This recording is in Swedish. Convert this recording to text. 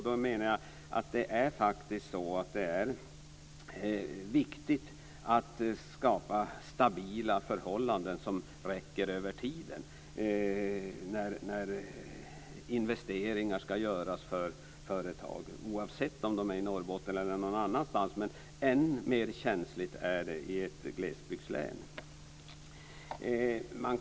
Det är viktigt att skapa stabila förhållanden som räcker över tiden när investeringar ska göras för företag oavsett om de finns i Norrbotten eller någon annanstans. Men det är än mer känsligt i ett glesbygdslän.